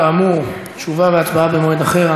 כאמור, תשובה והצבעה במועד אחר.